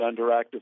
underactive